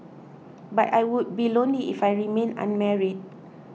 but I would be lonely if I remained unmarried